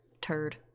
turd